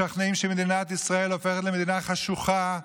משכנעים שמדינת ישראל הופכת למדינה חשוכה,